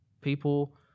people